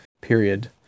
period